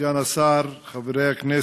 כבוד סגן השר, חברי הכנסת,